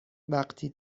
وقتی